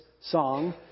song